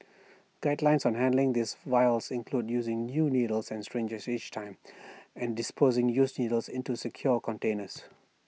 guidelines on handling these vials include using new needles and strangers each time and disposing used needles into secure containers